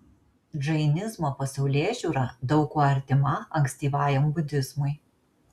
džainizmo pasaulėžiūra daug kuo artima ankstyvajam budizmui